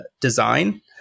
design